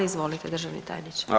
Izvolite državni tajniče.